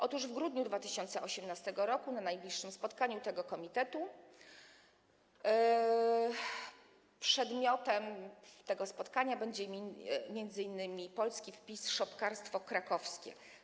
Otóż w grudniu 2018 r. na najbliższym spotkaniu tego komitetu przedmiotem tego spotkania będzie m.in. polski wpis: szopkarstwo krakowskie.